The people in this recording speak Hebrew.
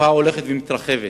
והתופעה הולכת ומתרחבת,